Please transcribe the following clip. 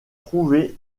trouver